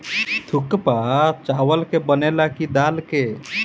थुक्पा चावल के बनेला की दाल के?